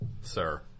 sir